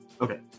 Okay